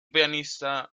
pianista